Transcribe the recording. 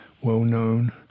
well-known